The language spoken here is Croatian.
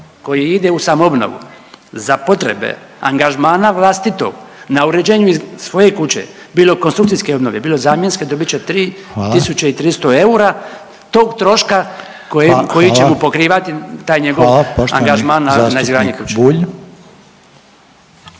koji ide u samo obnovu za potrebe angažmana vlastitog na uređenju svoje kuće, bilo konstrukcijske obnove, bilo zamjenske dobit će 3300 eura … …/Upadica Reiner: Hvala./… … tog troška koji će mu pokrivati taj njegov … …/Upadica Reiner: